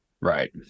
Right